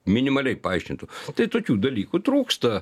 minimaliai paaiškintų tai tokių dalykų trūksta